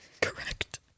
correct